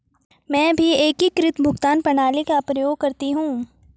मैं भी एकीकृत भुगतान प्रणाली का प्रयोग करती हूं